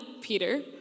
Peter